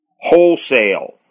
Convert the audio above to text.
wholesale